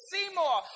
Seymour